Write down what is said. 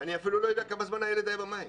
אני אפילו לא יודע כמה זמן הילד היה במים,